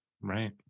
Right